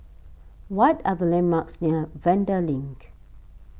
what are the landmarks near Vanda Link